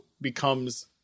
becomes